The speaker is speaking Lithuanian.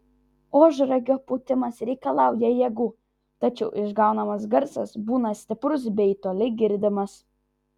ožragio pūtimas reikalauja jėgų tačiau išgaunamas garsas būna stiprus bei toli girdimas